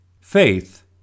Faith